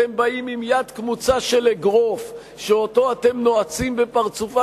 אתם באים עם יד קמוצה של אגרוף שאותו אתם נועצים בפרצופה